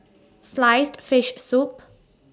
Sliced Fish Soup